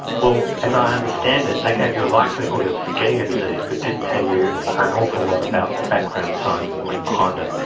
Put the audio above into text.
well, as i understand it they gave you a likelihood of getting a disease but didn't tell you an awful lot about the background science that went behind it.